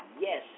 Yes